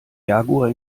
jaguar